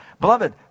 Beloved